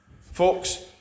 Folks